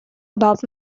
about